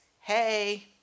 hey